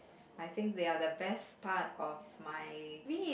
I think they're the best part of my